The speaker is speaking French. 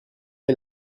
est